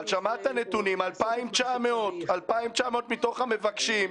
אבל שמעת את הנתונים 2,900 מתוך המבקשים,